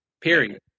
Period